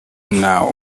now